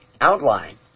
outline